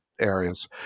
areas